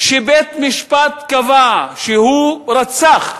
שבית-משפט קבע שהוא רצח,